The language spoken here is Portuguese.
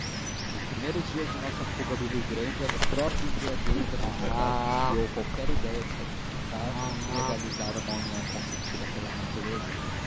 nos primeiros dias da nossa fuga do rio grande a própria embriaguez da felicidade desviou qualquer idéia de santificar e legalizar uma união consentida pela natureza